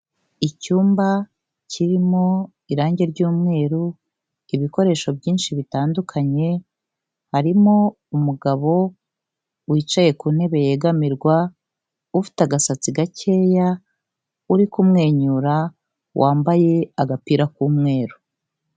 Icyumba kirimo irangi ry'umweru, ibikoresho byinshi bitandukanye, harimo umugabo wicaye ku ntebe yegamirwa, ufite agasatsi gakeya, uri kumwenyura, wambaye agapira k'umweru.